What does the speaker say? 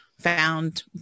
found